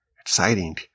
exciting